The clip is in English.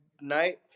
night